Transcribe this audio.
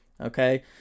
Okay